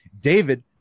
david